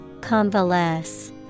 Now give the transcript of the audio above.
Convalesce